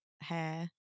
hair